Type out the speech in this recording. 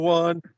one